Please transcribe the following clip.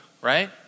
right